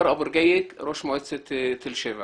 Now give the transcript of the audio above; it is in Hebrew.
ראש מועצת תל שבע,